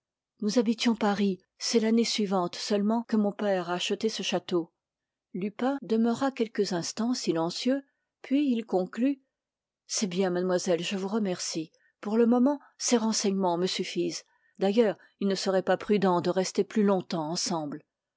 nous habitions paris c'est l'année suivante seulement que mon père a acheté ce château lupin demeura quelques instants silencieux puis il conclut c'est bien mademoiselle je vous remercie pour le moment ces renseignements me suffisent d'ailleurs il ne serait pas prudent de rester plus longtemps ensemble